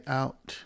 out